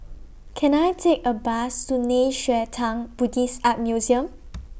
Can I Take A Bus to Nei Xue Tang Buddhist Art Museum